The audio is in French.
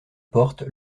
porte